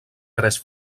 tres